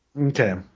Okay